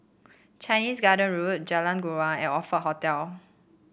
Chinese Garden Road Jalan Joran and Oxford Hotel